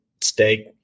steak